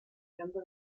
number